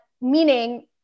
meaning